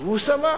והוא שמח.